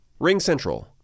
RingCentral